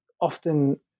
often